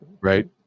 right